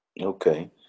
Okay